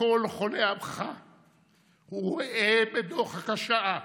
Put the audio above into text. כל חולי עמך וראה בדוחק השעה.